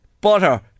butter